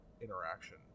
interaction